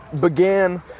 began